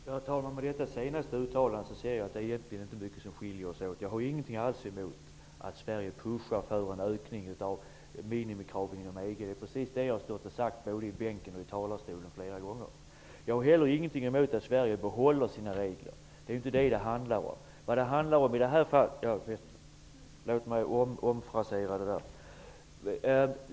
Herr talman! Efter detta senaste uttalande ser jag att det egentligen inte alls är mycket som skiljer oss åt. Jag har ingenting emot att Sverige ''pushar'' för en ökning av minimikraven inom EG. Det är precis vad jag flera gånger stått och sagt, både i bänken och i talarstolen.